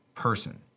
person